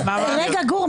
גור,